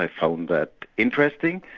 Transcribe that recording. i found that interesting,